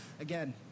again